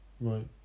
Right